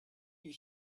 you